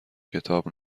کتاب